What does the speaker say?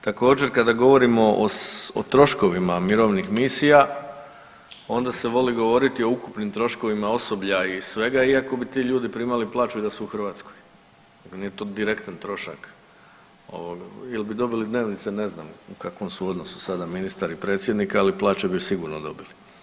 Također kada govorimo o troškovima mirovnih misija onda se voli govoriti o ukupnim troškovima osoblja i svega, iako bi ti ljudi primali plaću i da su u Hrvatskoj, nije to direktan trošak ili bi dobili dnevnice, ne znam u kakvom su sada odnosu ministar i predsjednik, ali plaće bi sigurno dobili.